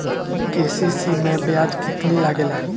KCC मै ब्याज केतनि लागेला?